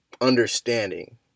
understanding